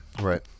Right